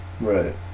Right